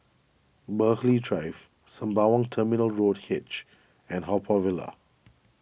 Burghley Drive Sembawang Terminal Road H and Haw Par Villa